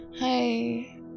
Hi